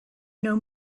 know